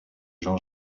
jean